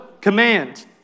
command